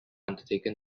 undertaken